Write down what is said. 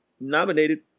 nominated